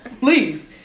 Please